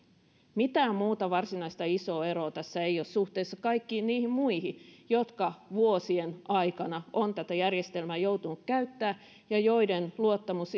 mitään muuta varsinaista isoa eroa tässä ei ole suhteessa kaikkiin niihin muihin jotka vuosien aikana ovat tätä järjestelmää joutuneet käyttämään ja joiden luottamus